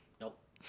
Nope